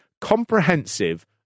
comprehensive